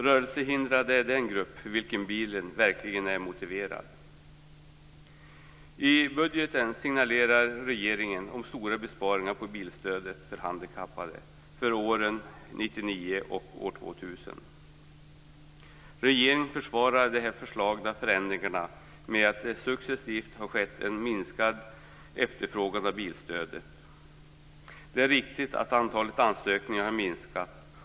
Rörelsehindrade är den grupp för vilken bilen verkligen är motiverad. 2000. Regeringen försvarar de föreslagna förändringarna med att det successivt har skett en minskning av efterfrågan på bilstödet. Det är riktigt att antalet ansökningar har minskat.